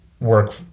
work